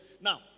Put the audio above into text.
Now